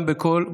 גם בקול,